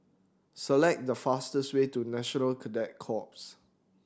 select the fastest way to National Cadet Corps